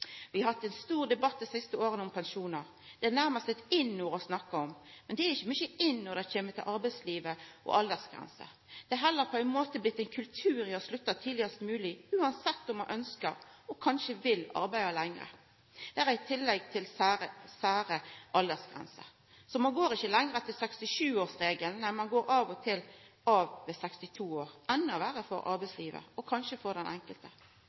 Vi har hatt ein stor debatt dei siste åra om pensjonar. Det er nærmast eit in-ord. Men det er ikkje mykje in når det kjem til arbeidslivet og aldersgrenser. Det har heller blitt ein kultur for å slutta tidlegast mogleg, uansett om ein ønskjer, og kanskje vil, arbeida lenger. Dette er i tillegg til særaldersgrenser. Så ein går ikkje lenger av etter 67-årsregelen, nei, ein går av og til av ved 62 år, noko som er endå verre for arbeidslivet – kanskje òg for den enkelte.